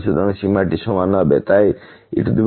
সুতরাং এই সীমাটি সমান হবে তাই e2xxe2x